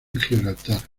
gibraltar